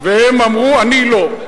הם אמרו: אני לא.